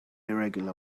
irregular